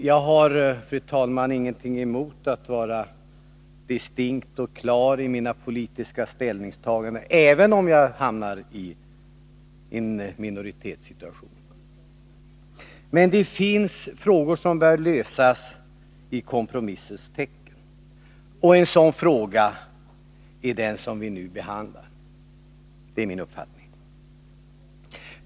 Jag har, fru talman, ingenting emot att vara distinkt och klar i mina politiska ställningstaganden, även om jag hamnar i minoritet. Men det finns frågor som bör lösas i kompromissens tecken. En sådan fråga är den som vi nu behandlar — det är min uppfattning.